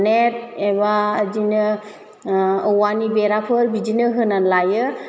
net एबा इदिनो औवानि बेराफोर बिदिनो होनानै लायो